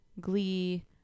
Glee